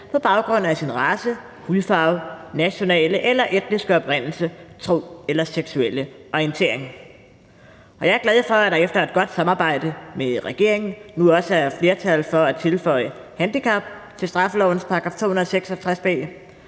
på baggrund af race, hudfarve, national eller etnisk oprindelse, tro eller seksuel orientering. Jeg er glad for, at der efter et godt samarbejde med regeringen nu også er flertal for at tilføje handicap til straffelovens § 266